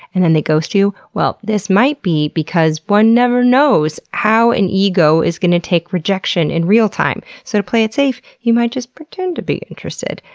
and then they ghost you, well, this might be because one never knows how an ego is gonna take rejection in real time. so to play it safe, you might just pretend to be interested.